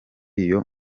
iyo